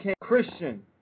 Christian